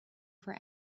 for